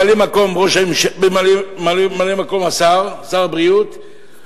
לממלא-מקום שר הבריאות,